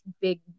big